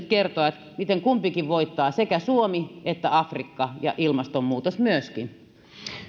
kertoa miten kaikki voittavat sekä suomi että afrikka ja ilmastonmuutos myöskin